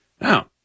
Now